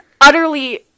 utterly